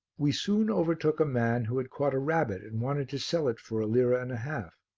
we soon overtook a man who had caught a rabbit and wanted to sell it for a lira and a half.